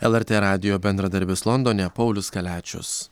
lrt radijo bendradarbis londone paulius kaliačius